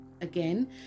again